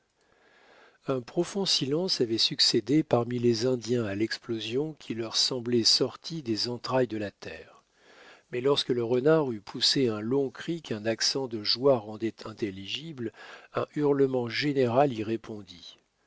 un profond silence avait succédé parmi les indiens à l'explosion qui leur semblait sortie des entrailles de la terre mais lorsque le renard eut poussé un long cri qu'un accent de joie rendait intelligible un hurlement général y répondit